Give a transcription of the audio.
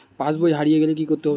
পাশবই হারিয়ে গেলে কি করতে হবে?